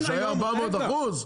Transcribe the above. שהיה 400%?